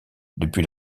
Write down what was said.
depuis